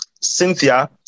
Cynthia